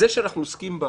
מכיוון שאני מסתכל על